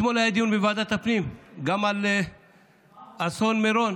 אתמול היה דיון בוועדת הפנים גם על אסון מירון,